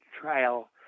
trial